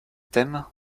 thème